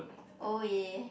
oh yeah